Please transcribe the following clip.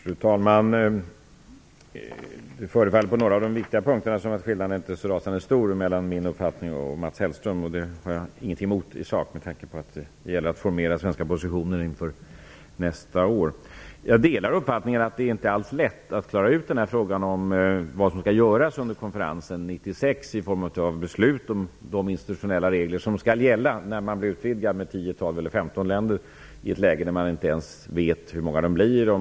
Fru talman! Det förefaller som om skillnaden på några av de viktiga punkterna inte är så rasande stor mellan min uppfattning och Mats Hellströms. Det har jag inget emot i sak, med tanke på att det gäller att formera svenska positioner inför nästa år. Jag delar uppfattningen att det inte alls är lätt att klara ut frågan om vad som skall göras under konferensen 1996 i form av beslut om de institutionella regler som skall gälla när man vill utvidga med 10, 12 eller 15 länder. Man vet inte ens hur många de blir.